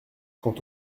quant